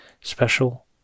Special